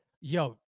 Yo